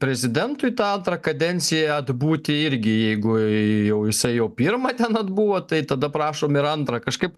prezidentui tą antrą kadenciją atbūti irgi jeigu jau jisai jau pirmą ten atbuvo tai tada prašom ir antrą kažkaip